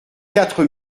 quatre